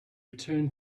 return